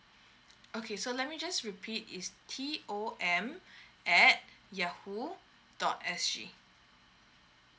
okay so let me just repeat is T O M at yahoo dot S G